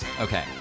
okay